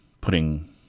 putting